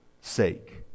sake